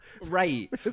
Right